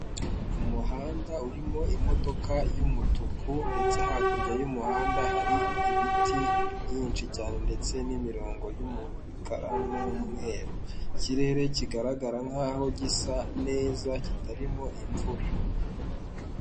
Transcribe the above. Umuhanda urimo imodoka y'umutuku ndetse hakurya y'umuhanda hari ibiti byinshi cyane ndetse n'imirongo y'umukara n'umweru, ikirere kigaragara nk'aho gisa neza kitarimo imvura.